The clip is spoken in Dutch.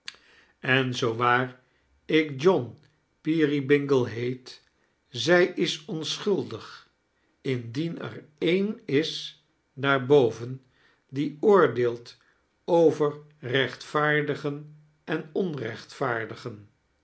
en zoo waar ik john peerybingle heet zij is onschuldig indien er een is daarboven die oordeelt over rechtvaarddgen en onrechtvaardigen